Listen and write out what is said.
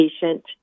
patient